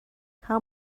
how